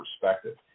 perspective